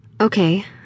Okay